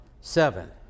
seven